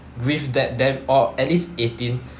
with that then or at least eighteen